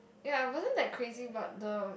ya is wasn't that crazy but the